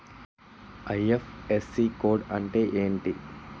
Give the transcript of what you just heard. IFSC code అంటే ఏంటి?